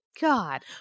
God